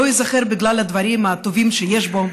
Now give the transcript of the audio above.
לא ייזכר בגלל הדברים הטובים שיש בו,